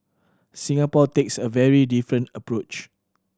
Singapore takes a very different approach